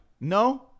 No